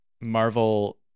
Marvel